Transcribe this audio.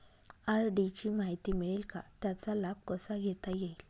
RD ची माहिती मिळेल का, त्याचा लाभ कसा घेता येईल?